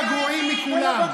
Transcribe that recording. אתם הגרועים מכולם.